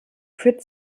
führt